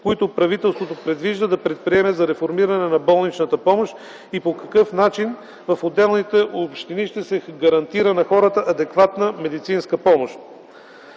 които правителството предвижда да предприеме за реформиране на болничната помощ, и по какъв начин в отделните общини ще се гарантира на хората адекватна медицинска помощ.